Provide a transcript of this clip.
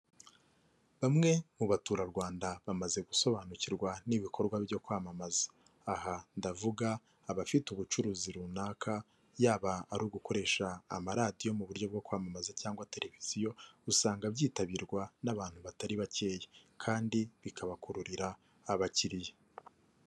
Bamwe mu baturarwanda bamaze gusobanukirwa n'ibikorwa byo kwamamaza, aha ndavuga abafite ubucuruzi runaka yaba ari ugukoresha amaradiyo mu buryo bwo kwamamaza cyangwa televiziyo, usanga byitabirwa n'abantu batari bakeya kandi bikabakururira abakiriya.